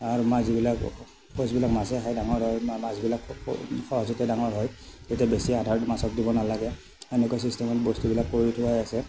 আৰু মাছবিলাক শৌচবিলাক মাছে খাই ডাঙৰ হয় মাছবিলাক সহজতে ডাঙৰ হয় তেতিয়া বেছি আহাৰ মাছক দিব নালাগে সেনেকুৱা চিষ্টেমত বস্তুবিলাক কৰি থোৱাই আছে